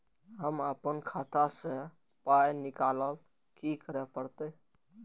हम आपन खाता स पाय निकालब की करे परतै?